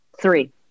three